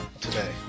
today